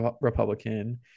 Republican